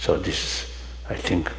so this i think